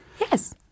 yes